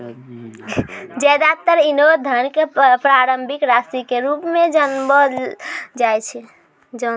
ज्यादातर ऐन्हों धन क प्रारंभिक राशि के रूप म जानलो जाय छै